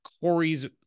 Corey's